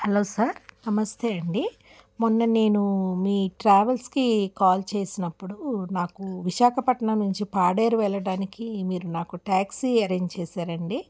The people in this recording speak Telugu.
హలో సార్ నమస్తే అండి మొన్న నేను మీ ట్రావెల్స్కి కాల్ చేసినప్పుడు నాకు విశాఖపట్నం నుంచి పాడేరు వెళ్ళడానికి మీరు నాకు ట్యాక్సీ అరెంజ్ చేసారు అండి